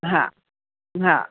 हा हा